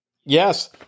Yes